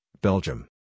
Belgium